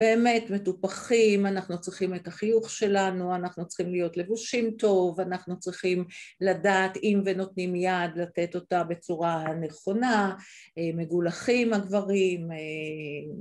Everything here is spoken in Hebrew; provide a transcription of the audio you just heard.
באמת, מטופחים, אנחנו צריכים את החיוך שלנו, אנחנו צריכים להיות לבושים טוב, אנחנו צריכים לדעת אם ונותנים יד לתת אותה בצורה הנכונה, מגולחים הגברים.